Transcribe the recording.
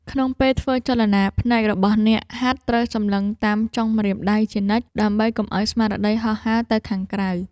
ក្នុងពេលធ្វើចលនា ភ្នែករបស់អ្នកហាត់ត្រូវសម្លឹងតាមចុងម្រាមដៃជានិច្ច ដើម្បីកុំឱ្យស្មារតីហោះហើរទៅខាងក្រៅ។